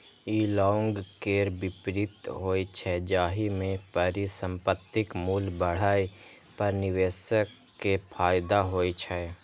ई long केर विपरीत होइ छै, जाहि मे परिसंपत्तिक मूल्य बढ़ै पर निवेशक कें फायदा होइ छै